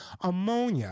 Ammonia